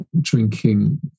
drinking